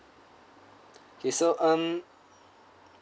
okay so um